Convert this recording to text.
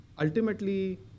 ultimately